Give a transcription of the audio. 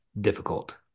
difficult